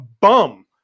bum